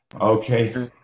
Okay